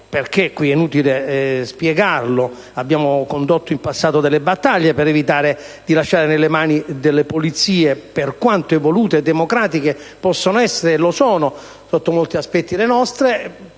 perché è inutile spiegarlo: abbiamo condotto in passato delle battaglie per evitare di lasciare il cittadino nelle mani delle polizie, per quanto evolute e democratiche possano essere, e lo sono, sotto molti aspetti, le nostre,